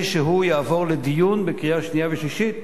שהוא יעבור לדיון בקריאה שנייה ושלישית,